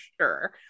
sure